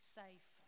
safe